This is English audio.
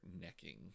necking